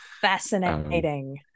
Fascinating